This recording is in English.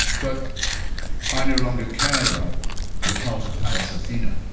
but i no longer care about the culture of pallas athena